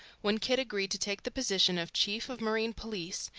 when kidd agreed to take the position of chief of marine police,